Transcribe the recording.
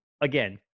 again